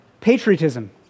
patriotism